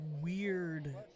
weird